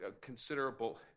considerable